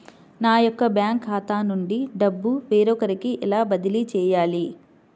నా యొక్క బ్యాంకు ఖాతా నుండి డబ్బు వేరొకరికి ఎలా బదిలీ చేయాలి?